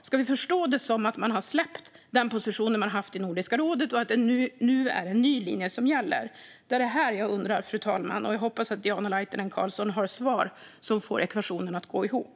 Ska vi förstå det som att man har släppt den position man har haft i Nordiska rådet och att det nu är en ny linje som gäller? Jag hoppas att Diana Laitinen Carlsson har svar som får ekvationen att gå ihop.